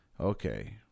Okay